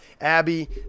Abby